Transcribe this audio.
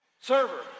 Server